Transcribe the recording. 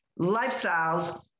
lifestyles